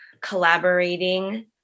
collaborating